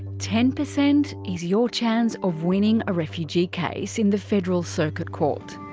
ten percent is your chance of winning a refugee case in the federal circuit court.